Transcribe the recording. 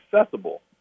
accessible